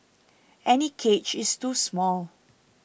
any cage is too small